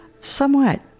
Somewhat